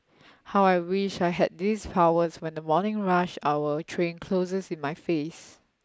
how I wish I had these powers when the morning rush hour train closes in my face